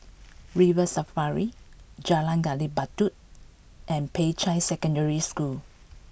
River Safari Jalan Gali Batu and Peicai Secondary School